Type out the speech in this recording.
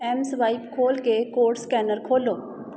M swipe ਖੋਲ੍ਹ ਕੇ code scanner ਖੋਲ੍ਹੋ